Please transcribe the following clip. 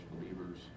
believers